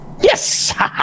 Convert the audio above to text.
Yes